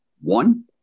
one